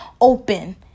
open